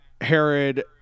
herod